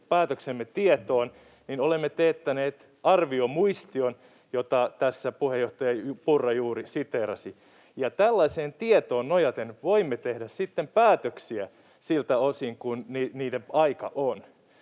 päätöksemme tietoon, niin olemme teettäneet arviomuistion, jota tässä puheenjohtaja Purra juuri siteerasi, ja tällaiseen tietoon nojaten voimme tehdä sitten päätöksiä, siltä osin kuin niiden aika on.